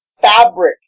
fabric